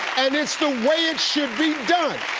and it's the way it should be done.